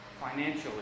financially